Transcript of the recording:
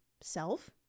self